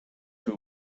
two